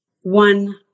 one